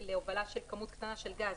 להובלה של כמות קטנה של גז